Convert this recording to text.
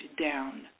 down